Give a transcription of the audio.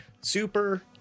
Super